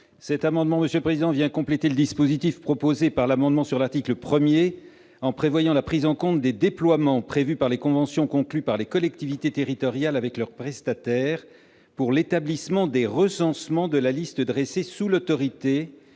Cet amendement vient compléter le dispositif proposé par l'amendement à l'article 1, en prévoyant la prise en compte des engagements de déploiement souscrits par les conventions conclues entre les collectivités territoriales et leurs prestataires pour l'établissement des recensements et de la liste dressée sous l'autorité